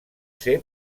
ser